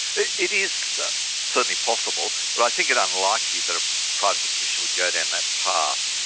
it it is certainly possible, but i think it unlikely that a privacy commission would go down that path.